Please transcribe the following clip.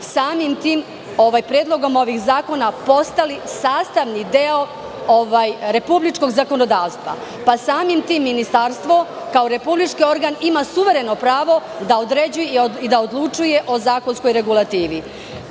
samim tim predlogom ovih zakona postali sastavni deo republičkog zakonodavstva, pa samim tim Ministarstvo kao republički organ ima suvereno pravo da određuje i da odlučuje o zakonskoj regulativi,